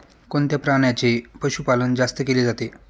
कोणत्या प्राण्याचे पशुपालन जास्त केले जाते?